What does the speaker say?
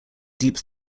deep